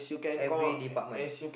every department